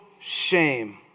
shame